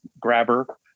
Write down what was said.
grabber